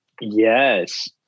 Yes